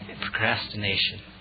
Procrastination